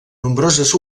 nombroses